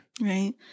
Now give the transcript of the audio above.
Right